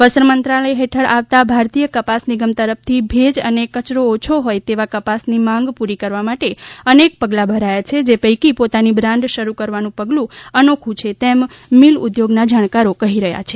વસ્ત્ર મંત્રાલય હેઠળ આવતા ભારતીય કપાસ નિગમ તરફ થી ભેજ અને કચરો ઓછો હોય તેવા કપાસની માંગ પૂરી કરવા માટે અનેક પગલાં ભરાયા છે જે પૈકી પોતાની બ્રાન્ડ શરૂ કરવાનું પગલું અનોખુ છે તેમ મિલ ઉદ્યોગના જાણકાર કહી રહ્યા છે